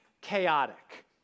chaotic